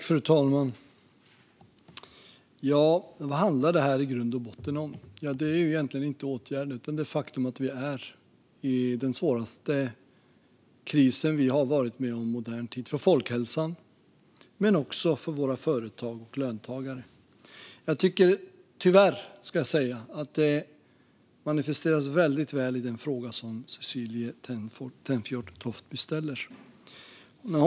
Fru talman! Vad handlar detta i grund och botten om? Det är egentligen inte åtgärder utan det faktum att vi är i den svåraste kris vi har varit med om i modern tid, både för folkhälsan och för våra företag och löntagare. Tyvärr manifesteras det väldigt väl i den fråga som Cecilie Tenfjord Toftby ställer.